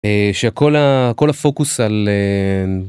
שכל ה... כל הפוקוס על ה...